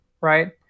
right